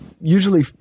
usually